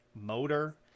motor